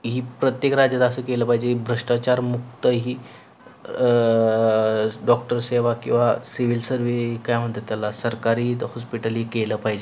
ही प्रत्येक राज्यात असं केलं पाहिजे भ्रष्टाचारमुक्त ही डॉक्टर सेवा किंवा सिव्हिल सर्वे काय म्हणतात त्याला सरकारी हॉस्पिटल ही केलं पाहिजे